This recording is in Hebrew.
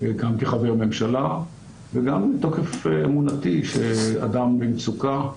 גם כחבר ממשלה וגם מתוקף אמונתי שאדם במצוקה,